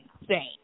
insane